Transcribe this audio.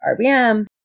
RBM